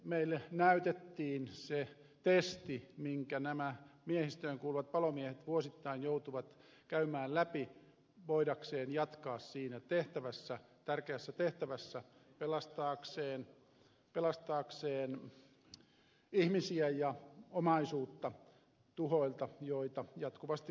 meille näytettiin se testi minkä nämä miehistöön kuuluvat palomiehet vuosittain joutuvat käymään läpi voidakseen jatkaa siinä tehtävässä tärkeässä tehtävässä pelastaakseen ihmisiä ja omaisuutta tuhoilta joita jatkuvasti valitettavasti tapahtuu